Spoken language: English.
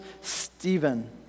Stephen